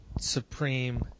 supreme